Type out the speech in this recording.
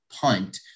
punt